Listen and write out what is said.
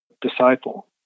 disciple